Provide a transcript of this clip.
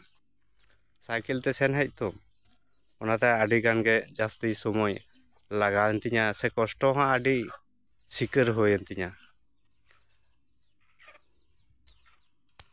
ᱥᱟᱭᱠᱮᱞᱛᱮ ᱥᱟᱱ ᱦᱮᱡ ᱛᱚ ᱚᱱᱟᱛᱮ ᱟᱹᱰᱤ ᱜᱟᱱᱜᱮ ᱡᱟᱹᱥᱛᱤ ᱥᱚᱢᱚᱭ ᱞᱟᱜᱟᱣᱮᱱ ᱛᱤᱧᱟᱹ ᱥᱮ ᱠᱚᱥᱴᱚ ᱦᱚᱸ ᱟᱹᱰᱤ ᱥᱤᱠᱟᱹᱨ ᱦᱩᱭᱮᱱ ᱛᱤᱧᱟᱹ